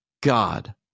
God